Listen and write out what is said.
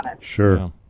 sure